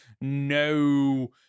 no